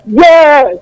yes